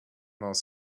mouse